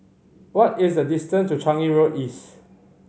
what is the distance to Changi Road East